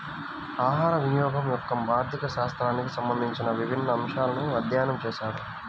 ఆహారవినియోగం యొక్క ఆర్థిక శాస్త్రానికి సంబంధించిన విభిన్న అంశాలను అధ్యయనం చేశారు